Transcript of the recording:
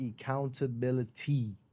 accountability